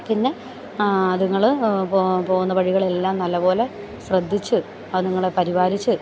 പിന്നെ അതുങ്ങൾ പോകുന്ന വഴികളെല്ലാം നല്ല പോലെ ശ്രദ്ധിച്ചു അതുങ്ങളെ പരിപാലിച്ചു